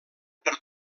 per